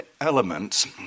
elements